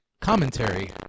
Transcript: commentary